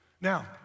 Now